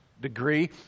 degree